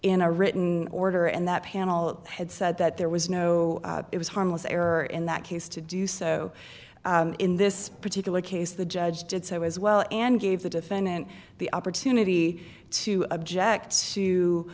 in a written order and that panel had said that there was no it was harmless error in that case to do so in this particular case the judge did so as well and gave the defendant the opportunity to object to